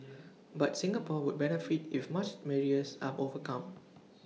but Singapore would benefit if much barriers are overcome